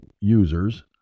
users